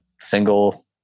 single